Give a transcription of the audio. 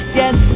yes